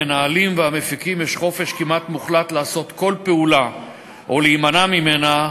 המנהלים והמפיקים יש חופש כמעט מוחלט לעשות כל פעולה או להימנע ממנה,